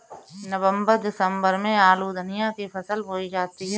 नवम्बर दिसम्बर में आलू धनिया की फसल बोई जाती है?